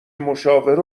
مشاور